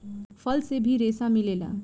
फल से भी रेसा मिलेला